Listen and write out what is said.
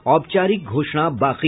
औपचारिक घोषणा बाकी